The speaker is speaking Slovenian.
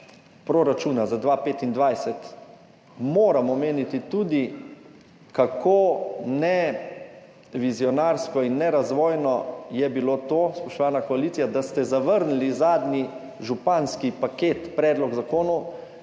proračuna za 2025 moram omeniti tudi kako nevizionarsko in nerazvojno je bilo to, spoštovana koalicija, da ste zavrnili zadnji županski paket, predlog zakonov,